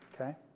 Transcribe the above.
okay